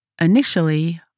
Initially